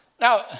Now